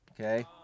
okay